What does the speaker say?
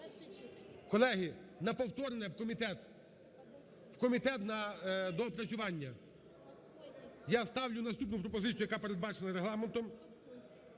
колеги, на повторне в комітет, в комітет на доопрацювання. Я ставлю наступну пропозицію, яка передбачена Регламентом,